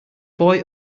boy